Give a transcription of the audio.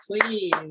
please